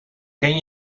ken